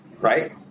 right